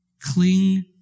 Cling